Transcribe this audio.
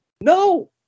No